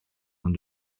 ond